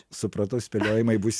supratau spėliojimai bus